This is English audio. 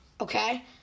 Okay